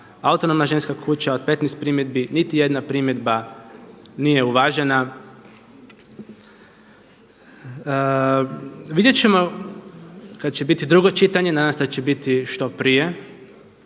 Autonomna ženska kuća od 15 primjedbi niti jedna primjedba nije uvažena. Vidjet ćemo kad će biti drugo čitanje nadam se da će biti što prije